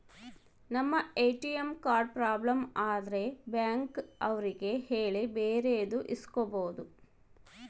ನಮ್ ATM card problem ಆದ್ರೆ bank ಅವ್ರಿಗೆ ಹೇಳಿ ಬೇರೆದು ಇಸ್ಕೊಬೋದು